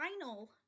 final